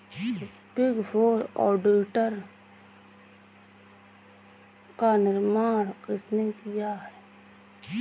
Big four auditor का निर्माण किसने किया?